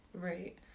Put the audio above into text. Right